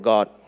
God